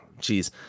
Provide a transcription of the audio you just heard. jeez